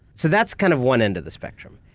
so that's kind of one end of the spectrum,